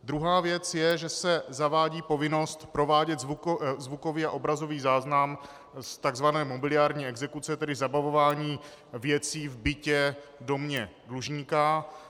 Druhá věc je, že se zavádí povinnost provádět zvukový a obrazový záznam z takzvané mobiliární exekuce, tedy zabavování věcí v bytě v domě dlužníka.